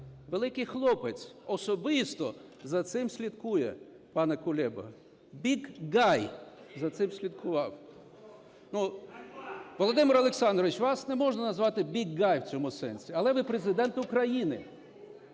"великий хлопець" особисто за цим слідкує. Пане Кулеба, big guy за цим слідкував. Ну, Володимир Олександрович, вас не можна назвати big guy в цьому сенсі, але ви – Президент України.